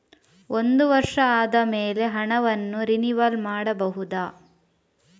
ಒಂದು ವರ್ಷ ಆದಮೇಲೆ ಹಣವನ್ನು ರಿನಿವಲ್ ಮಾಡಬಹುದ?